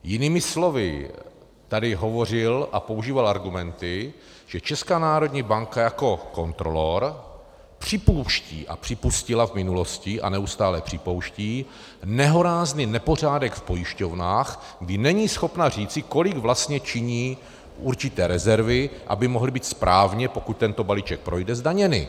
Jinými slovy tady hovořil a používal argumenty, že Česká národní banka jako kontrolor připouští, a připustila v minulosti a neustále připouští, nehorázný nepořádek v pojišťovnách, kdy není schopna říci, kolik vlastně činí určité rezervy, aby mohly být správně, pokud tento balíček projde, zdaněny.